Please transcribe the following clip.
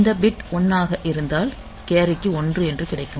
இந்த பிட் 1 ஆக இருந்தால் கேரி க்கு 1 என்று கிடைக்கும்